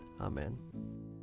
Amen